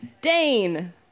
Dane